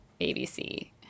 ABC